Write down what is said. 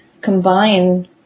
combine